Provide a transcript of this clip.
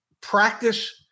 practice